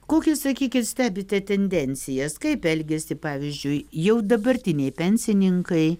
kokias sakykit stebite tendencijas kaip elgiasi pavyzdžiui jau dabartiniai pensininkai